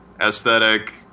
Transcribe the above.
aesthetic